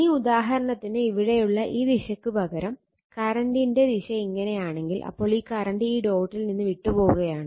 ഇനി ഉദാഹരണത്തിന് ഇവിടെയുള്ള ഈ ദിശക്ക് പകരം കറണ്ടിന്റെ ദിശ ഇങ്ങനെയാണെങ്കിൽ അപ്പോൾ ഈ കറണ്ട് ഈ ഡോട്ടിൽ നിന്ന് വിട്ട് പോവുകയാണ്